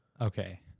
Okay